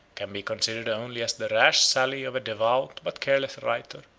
can be considered only as the rash sally of a devout but careless writer,